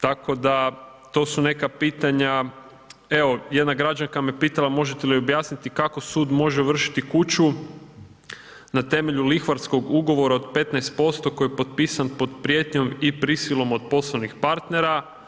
Tako da to su neka pitanja, evo, jedna građanka me pitala možete li objasniti kako sud može ovršiti kuću na temelju lihvarskog ugovora od 15% koji je potpisan pod prijetnjom i prisilom od poslovnih partnera.